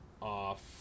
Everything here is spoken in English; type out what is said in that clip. off